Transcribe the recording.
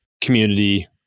community